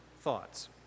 thoughts